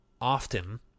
often